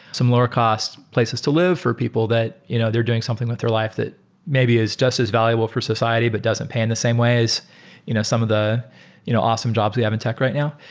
some lower cost places to live for people that you know they're doing something with their life that maybe is just as valuable for society but doesn't pay in the same way as you know some of the you know awesome jobs we have in tech right now.